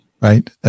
Right